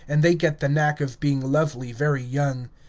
and they get the knack of being lovely very young.